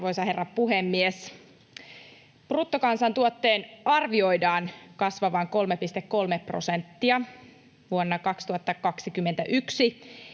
Arvoisa herra puhemies! Bruttokansantuotteen arvioidaan kasvavan 3,3 prosenttia vuonna 2021,